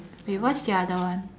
wait what's the other one